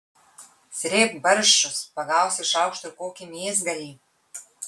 srėbk barščius pagausi šaukštu ir kokį mėsgalį